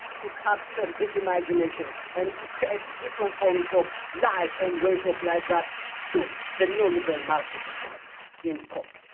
to capture the imagination, and to create different forms of life and ways of life that suit the neoliberal market economy in court.